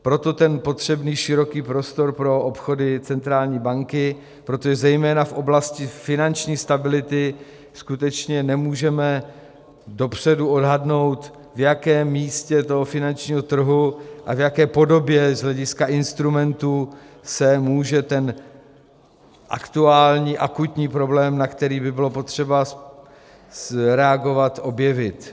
Proto ten potřebný široký prostor pro obchody centrální banky, protože zejména v oblasti finanční stability skutečně nemůžeme dopředu odhadnout, v jakém místě toho finančního trhu a v jaké podobě z hlediska instrumentů se může ten aktuální akutní problém, na který by bylo potřeba reagovat, objevit.